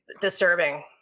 disturbing